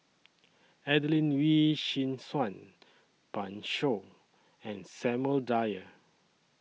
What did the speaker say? Adelene Wee Chin Suan Pan Shou and Samuel Dyer